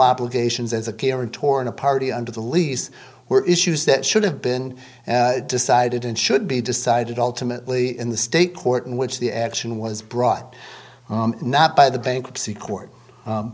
obligations as a kirin tor in a party under the lease were issues that should have been decided and should be decided alternately in the state court in which the action was brought not by the bankruptcy court